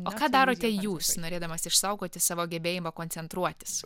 o ką darote jūs norėdamas išsaugoti savo gebėjimą koncentruotis